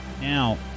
Now